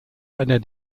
einer